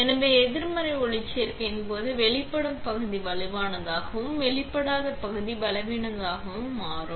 எனவே எதிர்மறை ஒளிச்சேர்க்கையின் போது வெளிப்படும் பகுதி வலுவாகவும் வெளிப்படாத பகுதி பலவீனமாகவும் மாறும்